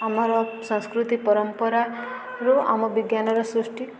ଆମର ସଂସ୍କୃତି ପରମ୍ପରାରୁ ଆମ ବିଜ୍ଞାନର ସୃଷ୍ଟି